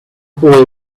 boy